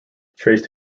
traced